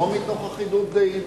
לא מתוך אחידות דעים,